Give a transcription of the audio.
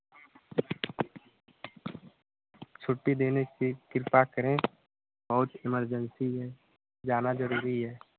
छुट्टी देने की कृपा करें बहुत ईमर्जन्सी है जाना ज़रूरी है